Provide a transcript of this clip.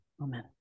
amen